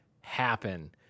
happen